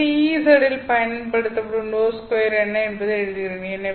எனவே Ez ல் பயன்படுத்தப்படும் ∂2 என்ன என்பதை எழுதுகிறேன்